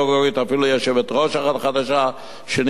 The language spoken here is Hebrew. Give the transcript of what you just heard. אפילו יושבת-ראש חדשה שנבחרה,